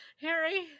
Harry